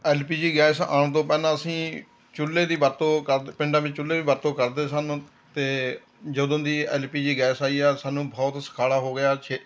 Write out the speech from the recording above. L P G gas ਆਉਣ ਤੋਂ ਪਹਿਲਾਂ ਅਸੀਂ ਚੁੱਲ੍ਹੇ ਦੀ ਵਰਤੋਂ ਕਰਦ ਪਿੰਡਾਂ ਵਿੱਚ ਚੁੱਲ੍ਹੇ ਦੀ ਵਰਤੋਂ ਕਰਦੇ ਸਨ ਅਤੇ ਜਦੋਂ ਦੀ ਐਲ ਪੀ ਜੀ ਗੈਸ ਆਈ ਆ ਸਾਨੂੰ ਬਹੁਤ ਸੁਖਾਲਾ ਹੋ ਗਿਆ